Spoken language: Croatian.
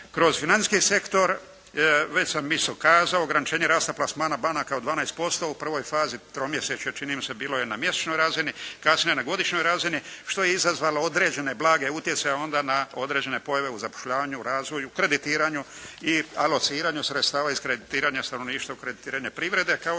Kroz financijski sektor već sam isto kazao, ograničenje rasta plasmana banaka od 12% u prvoj fazi tromjesečja čini mi se bilo je na mjesečnoj razini, kasnije na godišnjoj razini što je izazvalo određene blage utjecaje onda na određene pojave u zapošljavanju, u razvoju, kreditiranju i alociranju sredstava iz kreditiranja stanovništva, kreditiranje privrede kao